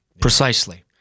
Precisely